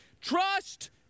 Trust